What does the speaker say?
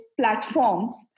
platforms